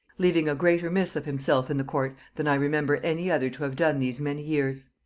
leaving a greater miss of himself in the court, than i remember any other to have done these many years.